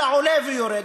אלא הוא עולה ויורד,